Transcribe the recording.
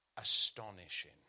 astonishing